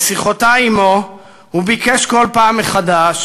בשיחותי עמו הוא ביקש כל פעם מחדש